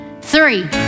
three